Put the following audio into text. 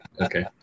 Okay